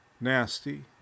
nasty